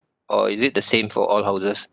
or is it the same for all houses